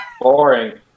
Boring